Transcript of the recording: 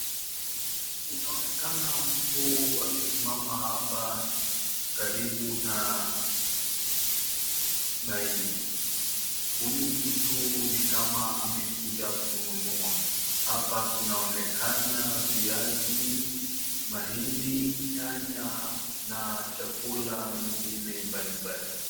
Inaonekana mtu akisimama hapa karibu na mahindi. Huyu mtu ni kama amekuja kununua. Hapa kunaonekana viazi, mahindi, nyanya, na chakula mengine mbalimbali.